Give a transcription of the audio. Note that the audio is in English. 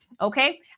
Okay